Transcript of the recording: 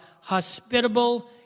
hospitable